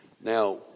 Now